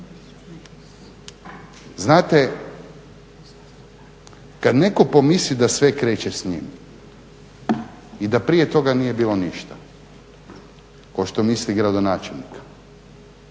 Znate, kad netko pomisli da sve kreće s njim i da prije toga nije bilo ništa kao što misli gradonačelnik